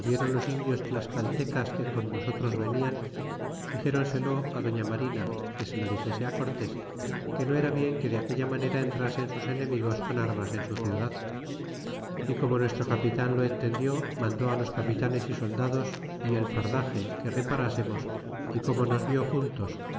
los indios tlascaltecas que con nosotros venian dixernselo doña marina que se lo dixese cortés que no era bien que de aquella manera entrasen sus enemigos con armas en su ciudad y como nuestro capitan lo entendió mandó los capitanes y soldados y el fardaxe que reparásemos y como nos vió juntos